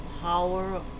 power